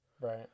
Right